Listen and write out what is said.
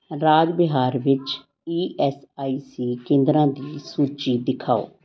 ਰਾਜ ਬਿਹਾਰ ਵਿੱਚ E S I C ਕੇਂਦਰਾਂ ਦੀ ਸੂਚੀ ਦਿਖਾਓ